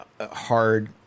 hard